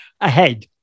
ahead